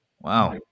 Wow